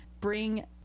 bring